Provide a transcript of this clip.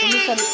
இன்னும்